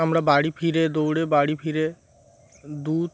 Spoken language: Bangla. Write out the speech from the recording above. আমরা বাড়ি ফিরে দৌড়ে বাড়ি ফিরে দুধ